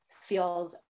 feels